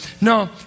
No